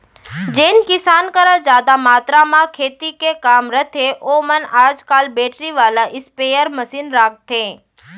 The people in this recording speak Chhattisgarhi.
जेन किसान करा जादा मातरा म खेती के काम रथे ओमन आज काल बेटरी वाला स्पेयर मसीन राखथें